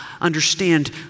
understand